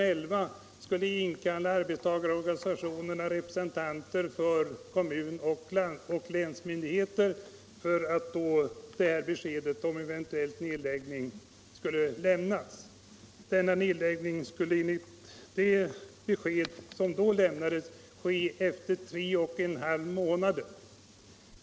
11 skulle inkalla arbetstagarorganisationerna och representanter för kommunoch länsmyndigheter för att besked om eventuell nedläggning skulle lämnas. Denna nedläggning skulle då ske efter tre och en halv månader.